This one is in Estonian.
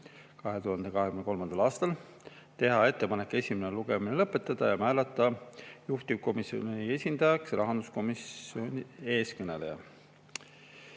2023. aastal, teha ettepanek esimene lugemine lõpetada ja määrata juhtivkomisjoni esindajaks rahanduskomisjoni nimel